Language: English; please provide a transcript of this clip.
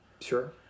Sure